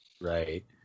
Right